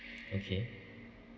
okay